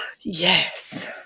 Yes